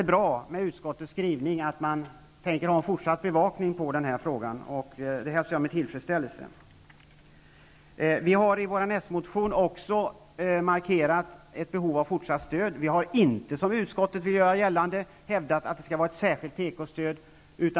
Utskottets skrivning att man tänker ha fortsatt bevakning när det gäller denna fråga är bra. Det är något som jag hälsar med tillfredsställese. Vi har i den socialdemokratiska motionen också markerat ett behov av fortsatt stöd. Vi har inte, som utskottet vill göra gällande, hävdat att det skall vara ett särskilt tekostöd.